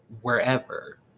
wherever